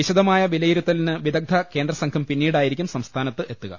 വിശദമായ വിലയിരു ത്തലിന് വിദഗ്ധ കേന്ദ്രസംഘം പിന്നീടായിരിക്കും സംസ്ഥാനത്ത് എത്തുക